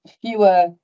fewer